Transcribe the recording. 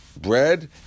bread